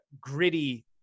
gritty